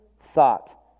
thought